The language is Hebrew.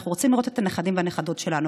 אנחנו רוצים לראות את הנכדים והנכדות שלנו,